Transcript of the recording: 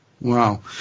Wow